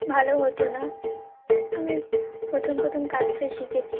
ভালো হতো না আমি প্রথম প্রথম কাজটাই শিখেছি